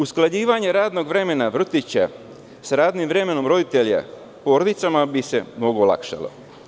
Usklađivanje radnog vremena vrtića sa radnim vremenom roditelja porodicama bi se mnogo olakšalo.